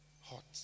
hot